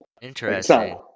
Interesting